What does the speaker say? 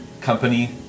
company